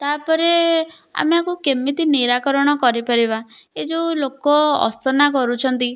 ତାପରେ ଆମେ ଆକୁ କେମିତି ନିରାକରଣ କରିପାରିବା ଏ ଯେଉଁ ଲୋକ ଅସନା କରୁଛନ୍ତି